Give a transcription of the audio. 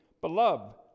Beloved